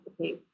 okay